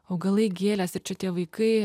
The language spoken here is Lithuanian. augalai gėlės ir čia tie vaikai